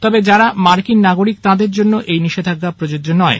তবে যাঁরা মার্কিন নাগরিক তাঁদের জন্য এই নিষেধাজ্ঞা প্রযোজ্য নয়